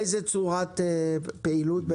באיזה צורת פעילות?